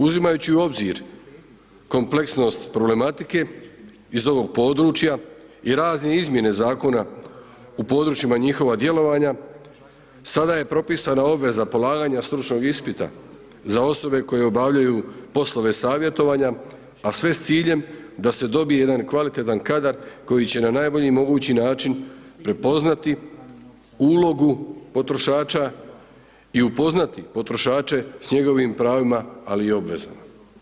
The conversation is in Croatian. Uzimajući u obzir kompleksnost problematike iz ovog područja i razne izmjene Zakona u područjima njihova djelovanja, sa daje propisana obveza polaganja stručnog ispita za osobe koje obavljaju poslove savjetovanja, a sve s ciljem da se dobije jedan kvalitetan kadar, koji će na najbolji mogući način prepoznati ulogu potrošača i upoznati potrošače s njegovim pravima ali i obvezama.